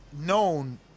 known